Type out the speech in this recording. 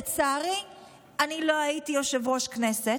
לצערי אני לא הייתי יושב-ראש הכנסת,